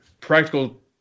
Practical –